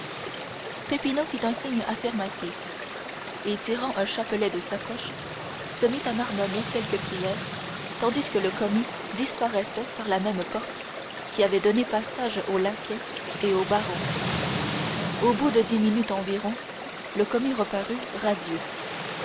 peppino fit un signe affirmatif et tirant un chapelet de sa poche se mit à marmotter quelque prière tandis que le commis disparaissait par la même porte qui avait donné passage au laquais et au baron au bout de dix minutes environ le commis reparut radieux